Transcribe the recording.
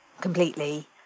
completely